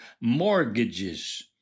mortgages